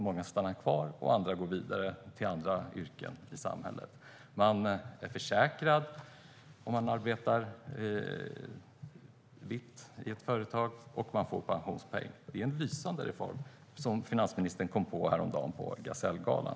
Många stannar kvar, och andra går vidare till andra yrken i samhället. Man är försäkrad, man arbetar vitt i ett företag och man får pensionspeng. Det är en lysande reform, vilket finansministern kom på häromdagen på Gasellgalan.